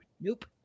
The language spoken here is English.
Nope